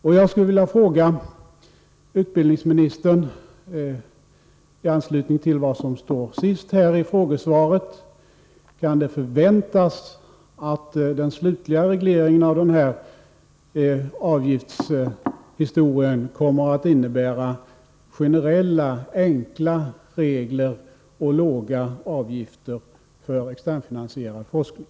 I anslutning till vad som står sist i frågesvaret skulle jag vilja fråga utbildningsministern: Kan det förväntas att den slutliga regleringen av dessa avgifter kommer att innebära generella, enkla regler och låga avgifter för externfinansierad forskning?